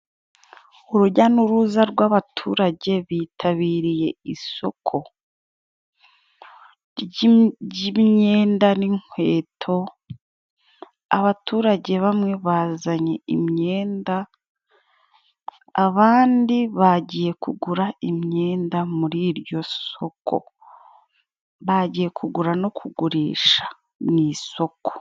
Urujya n'uruza rw'abaturage ,bitabiriye isoko ry'imyenda n'inkweto, abaturage bamwe bazanye imyenda ,abandi bagiye kugura imyenda muri iryo soko, bagiye kugura no kugurisha mu isoko.